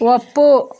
ಒಪ್ಪು